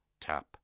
tap